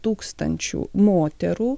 tūkstančių moterų